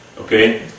okay